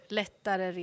lättare